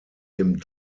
dem